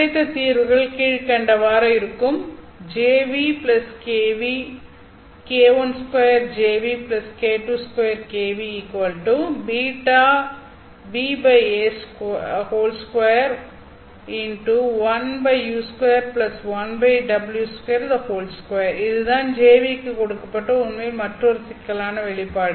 கிடைத்த தீர்வுகள் கீழ்கண்டவாறு இருக்கும் இதுதான் Jν க்கு கொடுக்கப்பட்ட உண்மையில் மற்றொரு சிக்கலான வெளிப்பாடு